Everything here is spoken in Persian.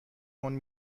تند